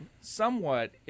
somewhat